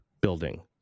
building